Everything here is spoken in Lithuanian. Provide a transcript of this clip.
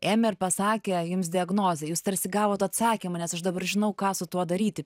ėmė ir pasakė jums diagnozę jūs tarsi gavot atsakymą nes aš dabar žinau ką su tuo daryti